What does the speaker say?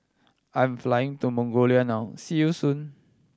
I am flying to Mongolia now see you soon